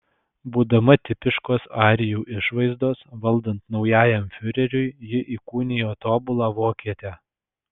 būdama tipiškos arijų išvaizdos valdant naujajam fiureriui ji įkūnijo tobulą vokietę